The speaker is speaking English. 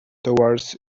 toward